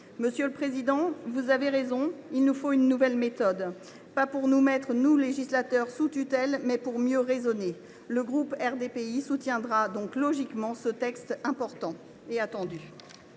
Monsieur Rietmann, vous avez raison, il nous faut une nouvelle méthode, non pour nous mettre, nous législateurs, sous tutelle, mais pour mieux raisonner. Le groupe RDPI soutiendra donc logiquement ce texte important et attendu.